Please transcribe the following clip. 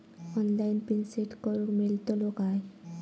Online pin set करूक मेलतलो काय?